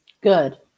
Good